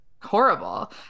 Horrible